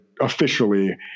officially